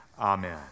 Amen